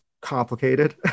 complicated